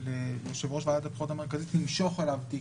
ליושב-ראש ועדת הבחירות המרכזית למשוך אליו תיק